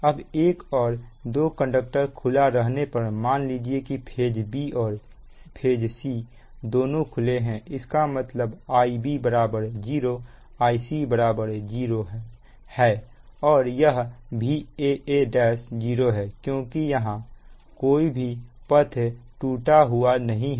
अब एक और दो कंडक्टर खुला रहने पर मान लीजिए कि फेज b और फेज c दोनों खुले हैं इसका मतलब Ib 0 Ic 0 और यह Vaa1 0 है क्योंकि यहां कोई भी पथ टूटा हुआ नहीं है